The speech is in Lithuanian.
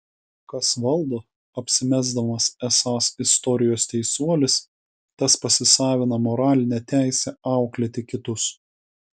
kas valdo apsimesdamas esąs istorijos teisuolis tas pasisavina moralinę teisę auklėti kitus